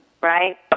right